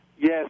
Yes